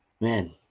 Man